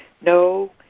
No